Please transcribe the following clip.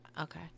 Okay